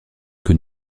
que